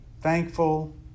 thankful